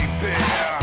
beer